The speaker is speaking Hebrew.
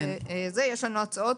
יש לנו הצעות.